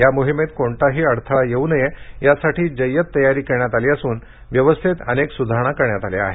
या मोहिमेत कोणताही अडथळा येऊ नये यासाठी जय्यत तयारी करण्यात आली असून व्यवस्थेत अनेक सुधारणा करण्यात आल्या आहेत